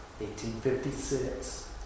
1856